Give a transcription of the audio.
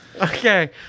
okay